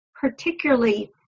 particularly